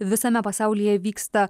visame pasaulyje vyksta